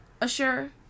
assure